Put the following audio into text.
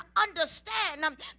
understand